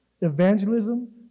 evangelism